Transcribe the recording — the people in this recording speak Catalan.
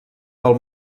del